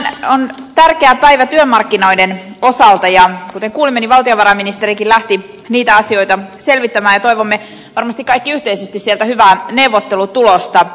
tänään on tärkeä päivä työmarkkinoiden osalta ja kuten kuulimme niin valtiovarainministerikin lähti niitä asioita selvittämään ja toivomme varmasti kaikki yhteisesti sieltä hyvää neuvottelutulosta